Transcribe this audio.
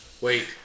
Wait